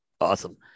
Awesome